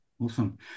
awesome